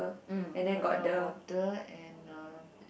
mm got the bottle and uh